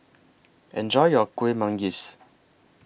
Enjoy your Kueh Manggis